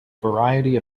variety